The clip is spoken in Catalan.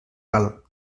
val